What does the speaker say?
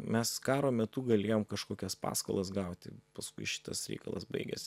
mes karo metu galėjom kažkokias paskolas gauti paskui šitas reikalas baigėsi